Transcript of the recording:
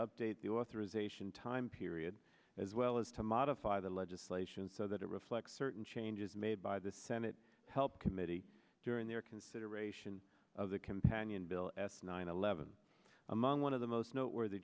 update the authorization time period as well as to modify the legislation so that it reflects certain changes made by the senate help committee during their consideration of the companion bill s nine eleven among one of the most noteworthy